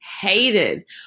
hated